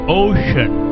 ocean